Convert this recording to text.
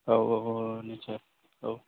औ औ औ निस्सय औ